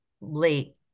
late